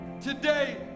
Today